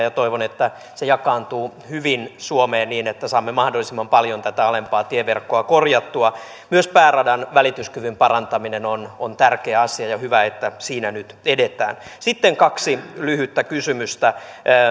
ja toivon että se jakaantuu hyvin suomeen niin että saamme mahdollisimman paljon tätä alempaa tieverkkoa korjattua myös pääradan välityskyvyn parantaminen on on tärkeä asia ja on hyvä että siinä nyt edetään sitten kaksi lyhyttä kysymystä